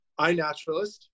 iNaturalist